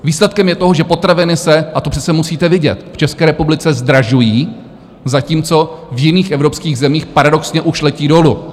Výsledkem je to, že potraviny se a to přece musíte vidět v České republice zdražují, zatímco v jiných evropských zemích paradoxně už letí dolů.